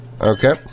Okay